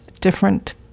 different